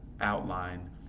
outline